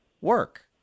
work